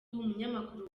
umunyamakuru